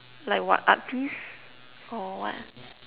like what art piece or what